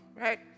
right